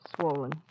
swollen